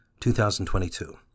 2022